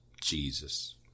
Jesus